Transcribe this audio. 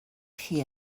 chi